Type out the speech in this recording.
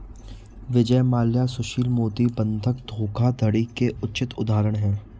विजय माल्या सुशील मोदी बंधक धोखाधड़ी के उचित उदाहरण है